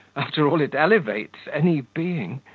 after all it elevates any being